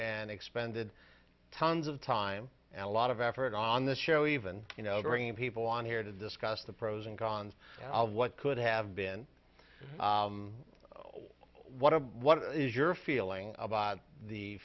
and expended tons of time and a lot of effort on this show even you know bringing people on here to discuss the pros and cons of what could have been what a what is your feeling about the